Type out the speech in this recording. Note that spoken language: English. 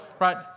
Right